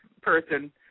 person